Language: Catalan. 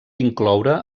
incloure